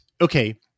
okay –